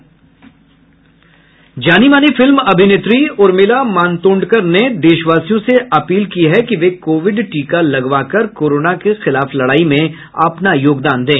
जानी मानी फिल्म अभिनेत्री उर्मिला मातोंडकर ने देशवासयिों से अपील की है कि वे कोविड टीका लगवाकर कोरोना के खिलाफ लडाई में अपना योगदान दें